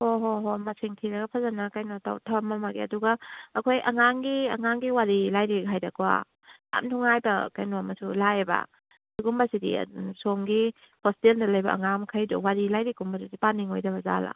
ꯍꯣꯏ ꯍꯣꯏ ꯍꯣꯏ ꯃꯁꯤꯡ ꯊꯤꯔꯒ ꯐꯖꯅ ꯀꯩꯅꯣ ꯇꯧꯔ ꯊꯝꯃꯝꯒꯦ ꯑꯗꯨꯒ ꯑꯩꯈꯣꯏ ꯑꯉꯥꯡꯒꯤ ꯑꯉꯥꯡꯒꯤ ꯋꯥꯔꯤ ꯂꯥꯏꯔꯤꯛ ꯍꯥꯏꯗꯤꯀꯣ ꯌꯥꯝ ꯅꯨꯡꯉꯥꯏꯕ ꯀꯩꯅꯣꯝꯃꯁꯨ ꯂꯥꯛꯑꯦꯕ ꯑꯗꯨꯒꯨꯝꯕꯁꯤꯗꯤ ꯑꯗꯨꯝ ꯁꯣꯝꯒꯤ ꯍꯣꯁꯇꯦꯜꯗ ꯂꯩꯕ ꯑꯉꯥꯡ ꯃꯈꯩꯗꯣ ꯋꯥꯔꯤ ꯂꯥꯏꯔꯤꯛꯀꯨꯝꯕꯗꯨꯗꯤ ꯄꯥꯅꯤꯡꯉꯣꯏꯗꯕ ꯖꯥꯠꯂꯥ